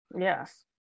Yes